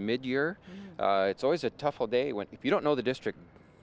mid year it's always a tough day when if you don't know the district